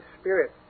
Spirit